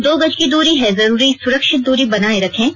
दो गज की दूरी है जरूरी सुरक्षित दूरी बनाए रखें